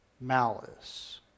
malice